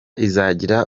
izagira